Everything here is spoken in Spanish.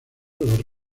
los